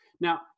Now